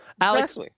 Alex